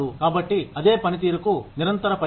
కాబట్టి అదే పనితీరుకు నిరంతర పరిహారం